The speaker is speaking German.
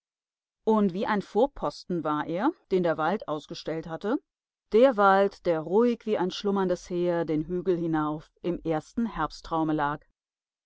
und wie ein vorposten war er den der wald ausgestellt hatte der wald der ruhig wie ein schlummerndes heer den hügel hinauf im ersten herbsttraume lag